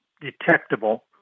detectable